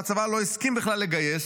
שהצבא לא הסכים בכלל לגייס,